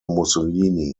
mussolini